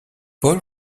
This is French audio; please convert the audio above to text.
paul